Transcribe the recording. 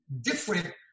different